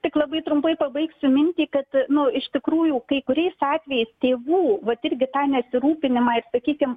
tik labai trumpai pabaigsiu mintį kad nu iš tikrųjų kai kuriais atvejais tėvų vat irgi tą nesirūpinimą ir sakykim